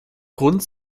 grund